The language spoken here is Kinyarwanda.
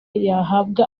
yahabwa